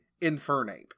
infernape